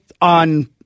on